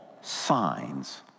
signs